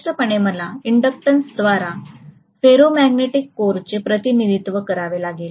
स्पष्टपणे मला इंडक्टंन्सद्वारे फेरोमॅग्नेटिक कोरचे प्रतिनिधित्व करावे लागेल